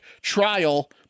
trial